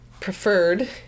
Preferred